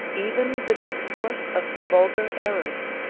even the discourse of vulgar errors,